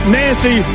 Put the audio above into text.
nancy